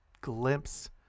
glimpse